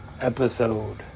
episode